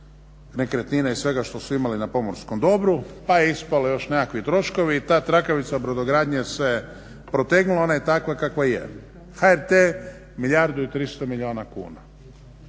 nekretnina i svega što su imali na pomorskom dobru pa je ispalo još nekakvi troškovi i ta trakavica brodogradnje se protegnula. Ona je takva kakva je. HRT milijardu i 300 milijuna kuna.